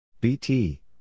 BT